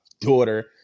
daughter